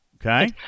okay